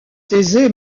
thésée